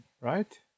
right